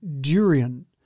durian